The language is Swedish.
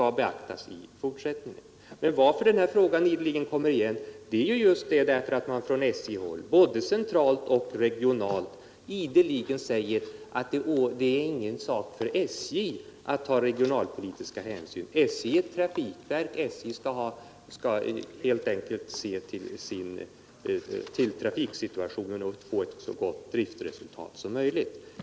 Anledningen till att denna fråga ideligen kommer igen är att man på SJ-håll, både centralt och regionalt, ständigt säger att det inte åligger SJ att ta regionalpolitiska hänsyn — SJ är ett trafikverk, SJ skall helt enkelt se till trafiksituationen och få ett så gott driftresultat som möjligt.